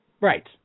right